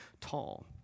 tall